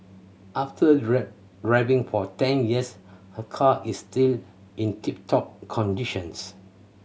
after driving for ten years her car is still in tip top conditions